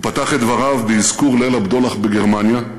הוא פתח את דבריו באזכור "ליל הבדולח" בגרמניה,